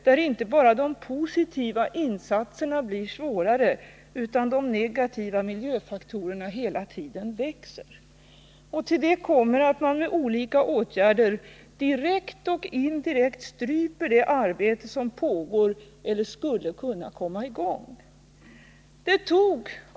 vilket medför att det blir svårare att förverkliga de positiva insatserna och att de negativa miljöfaktorerna hela tiden ökar. Därtill kommer att man med olika åtgärder direkt och indirekt stryper det arbete som pågår eller som skulle kunna komma i gång.